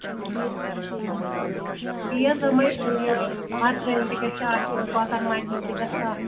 یہِ حظ دوپمے بَتہٕ ترٲمۍ تہِ گژھِ آسٕنۍ کۄکَر مجمہٕ تہِ گژھِ آسُن